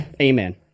Amen